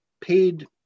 paid